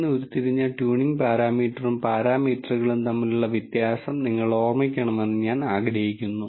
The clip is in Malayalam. ഈ കോഴ്സിന്റെ ലെക്ച്ചർ മെറ്റീരിയലുകളിലൂടെ കടന്നുപോകുമ്പോൾ നമ്മൾ ഈ കാഴ്ചപ്പാട് പശ്ചാത്തലത്തിൽ സൂക്ഷിക്കും